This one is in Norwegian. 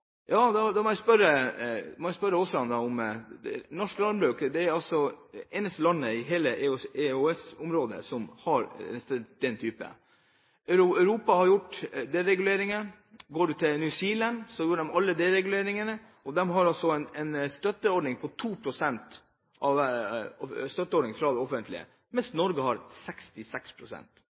Da må jeg si til Terje Aasland: Norge er det eneste landet i hele EØS-området som har denne type landbruk. Europa har gjort dereguleringer. Går man til New Zealand, har de dereguleringer. De har også en støtteordning på 2 pst. fra det offentlige, mens Norge har